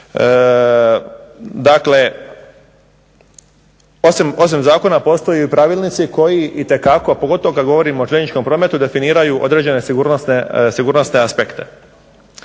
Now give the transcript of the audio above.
Dakle, osim zakona postoje pravilnici koji itekako, a pogotovo kad govorimo o željezničkom prometu definiraju određene sigurnosne aspekte.